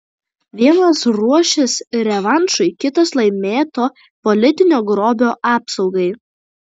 vienas ruošis revanšui kitas laimėto politinio grobio apsaugai